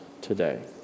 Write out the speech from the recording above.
today